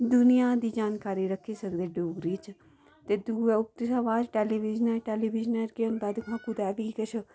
दुनिया दी पूरी जानकारी रक्खी सकदे डोगरी च ते ओह्दे बाद टेलीविजन च केह् होंदा कि कुदै बी प्रोग्राम